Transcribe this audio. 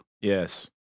Yes